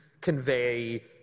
convey